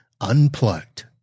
Unplugged